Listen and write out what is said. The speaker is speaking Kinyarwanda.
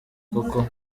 koko